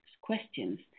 questions